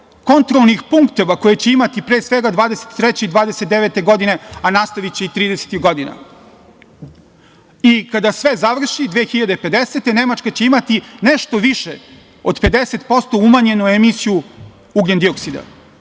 kontrolnih punktova koji će imati pre svega 2023. i 2029. godine, a nastaviće i tridesetih godina. Kada sve završi 2050. Nemačka će imati nešto više od 50% umanjenu emisiju ugljendioksida.